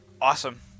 awesome